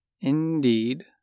Indeed